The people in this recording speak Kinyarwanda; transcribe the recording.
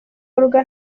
olga